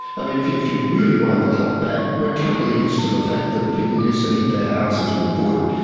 i mean, if you if you really wind the clock back, we're totally used to the fact that people used to heat their houses with wood.